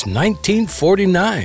1949